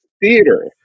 theater